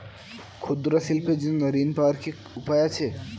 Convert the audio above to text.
ক্ষুদ্র শিল্পের জন্য ঋণ পাওয়ার কি উপায় আছে?